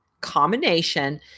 combination